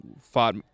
fought